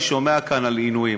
אני שומע כאן על עינויים.